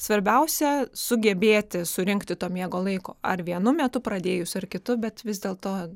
svarbiausia sugebėti surinkti to miego laiko ar vienu metu pradėjus ar kitu bet vis dėlto